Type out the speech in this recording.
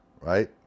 right